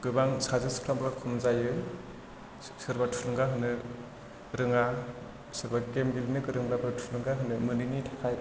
गोबां साजेस खालामग्रा खम जायो सोरबा थुलुंगा होनो रोङा सोरबा गेम गेलेनो गोरोंब्लाबो थुलुंगा होनो मोनैनि थाखाय